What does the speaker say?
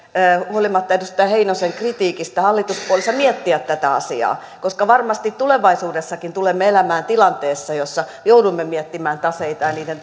huolimatta edustaja heinosen kritiikistä hallituspuolueissa miettiä tätä asiaa koska varmasti tulevaisuudessakin tulemme elämään tilanteessa jossa joudumme miettimään taseita ja niiden